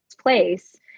place